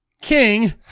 King